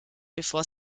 bevor